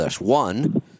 One